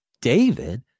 David